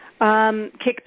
Kickback